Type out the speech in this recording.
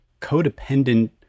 codependent